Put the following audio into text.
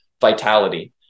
vitality